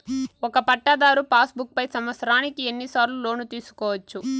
ఒక పట్టాధారు passbook పై సంవత్సరానికి ఎన్ని సార్లు లోను తీసుకోవచ్చు?